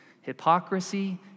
Hypocrisy